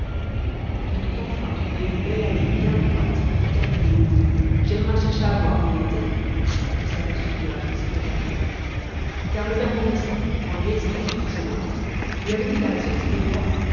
quand on eut enfin trouvé une belle allée bien droite et qu'arrivé au bout germain chercha à voir où il était il s'aperçut bien qu'il s'était perdu car le père maurice en lui expliquant son chemin lui avait dit qu'à la sortie des bois